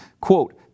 Quote